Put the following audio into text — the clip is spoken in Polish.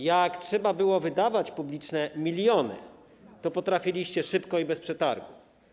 Jak trzeba było wydawać publiczne miliony, to potrafiliście zrobić to szybko i bez przetargu.